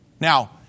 Now